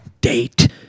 date